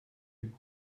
you